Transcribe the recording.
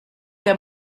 der